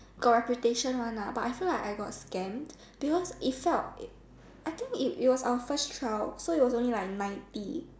got reputation one lah but I feel I got scam because it felt it I think it it was our first trial so it was only like ninety